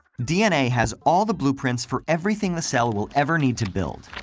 dna has all the blueprints for everything the cell will ever need to build.